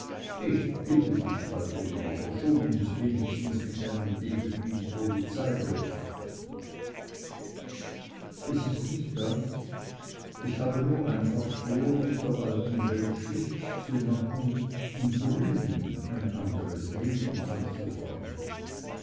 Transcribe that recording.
ich bitte dich waldemar verschon uns wenigstens mit einem debüt im polizeibericht es ist nicht das ich habe nur einfach vor mit der alten welt schicht zu machen und drüben ein anderes leben anzufangen